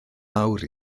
mawr